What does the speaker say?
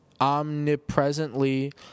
omnipresently